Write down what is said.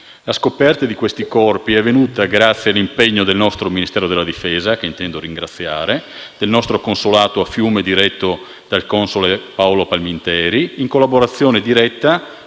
La scoperta di questi corpi è avvenuta grazie all'impegno del nostro Ministero della difesa, che intendo ringraziare, del nostro consolato a Fiume, diretto dal console Paolo Palminteri, in collaborazione diretta